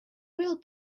will